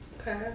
Okay